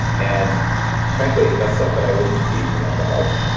and frankly that's stuff that i wouldn't feed to my dog,